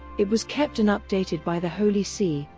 it was kept and updated by the holy see,